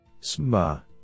SMA